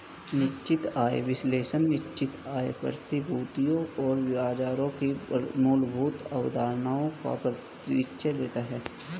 निश्चित आय विश्लेषण निश्चित आय प्रतिभूतियों और बाजारों की मूलभूत अवधारणाओं का परिचय देता है